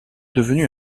devenu